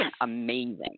amazing